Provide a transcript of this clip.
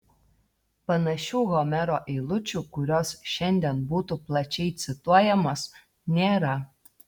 panašių homero eilučių kurios šiandien būtų plačiai cituojamos nėra